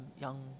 young